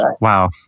Wow